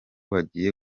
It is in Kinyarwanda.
bagiye